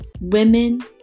women